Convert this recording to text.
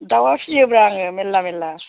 दावा फियोब्रा आङो मेर्ला मेर्ला